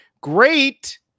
great